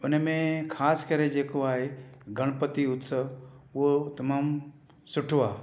उन में ख़ासि करे जेको आहे गणपति उत्सव उहो तमामु सुठो आहे